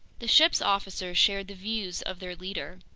the ship's officers shared the views of their leader.